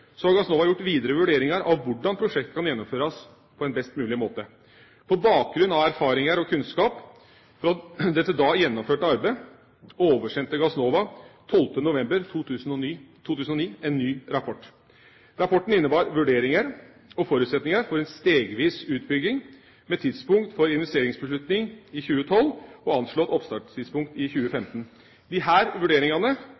gjort videre vurderinger av hvordan prosjektet kan gjennomføres på en best mulig måte. På bakgrunn av erfaringer og kunnskap fra det til da gjennomførte arbeidet oversendte Gassnova 12. november 2009 en ny rapport. Rapporten innebar vurderinger og forutsetninger for en stegvis utbygging med tidspunkt for investeringsbeslutning i 2012 og anslått oppstartstidspunkt i